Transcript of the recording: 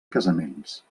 casaments